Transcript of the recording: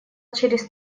через